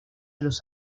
los